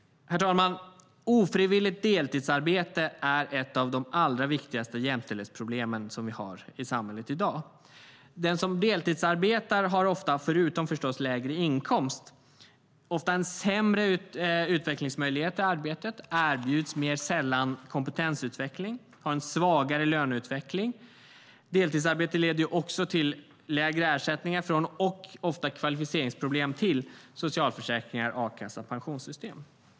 Herr talman! Ofrivilligt deltidsarbete är ett av de allra viktigaste jämställdhetsproblemen vi har i samhället i dag. Den som deltidsarbetar har ofta, förutom förstås en lägre inkomst, sämre utvecklingsmöjlighet i arbetet, erbjuds mer sällan kompetensutveckling och har en svagare löneutveckling. Deltidsarbete leder också till lägre ersättningar från och ofta kvalificeringsproblem till socialförsäkringar, a-kassa och pensionssystem.